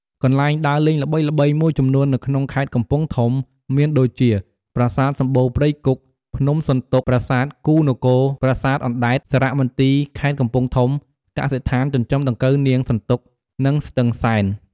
កន្លែងដើរលេងល្បីៗមួយចំនួននៅក្នុងខេត្តកំពង់ធំមានដូចជា ប្រាសាទសំបូរព្រៃគុក ភ្នំសន្ទុក ប្រាសាទគូហ៍នគរ ប្រាសាទអណ្ដែត សារមន្ទីរខេត្តកំពង់ធំ កសិដ្ឋានចិញ្ចឹមដង្កូវនាងសន្ទុក និងស្ទឹងសែន។